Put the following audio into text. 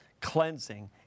cleansing